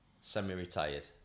semi-retired